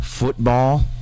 Football